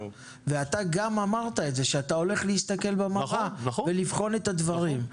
ואתה גם אמרת את זה שאתה הולך להסתכל במראה ולבחון את הדברים.